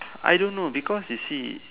I don't know because you see